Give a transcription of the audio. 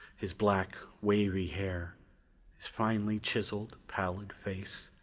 his black, wavy hair his finely chiseled, pallid face,